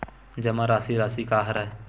जमा राशि राशि का हरय?